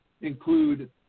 include